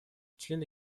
члены